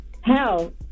hell